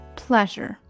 pleasure